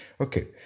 Okay